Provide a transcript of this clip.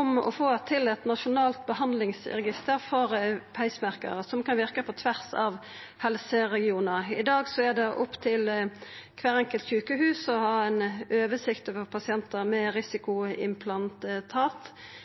om å få til eit nasjonalt behandlingsregister for pacemakerar som kan verka på tvers av helseregionane. I dag er det opp til kvart enkelt sjukehus å ha oversikt over pasientar med